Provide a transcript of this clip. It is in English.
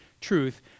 truth